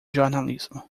jornalismo